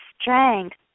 strength